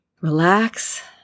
Relax